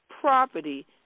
property